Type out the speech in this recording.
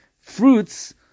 fruits